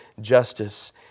justice